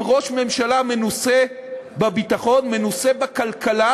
עם ראש ממשלה מנוסה בביטחון, מנוסה בכלכלה,